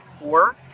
four